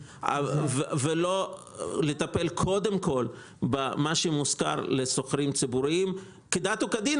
ולא לטפל קודם כל במה שמושכר לשוכרים ציבוריים כדת וכדין,